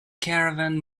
caravan